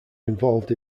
involved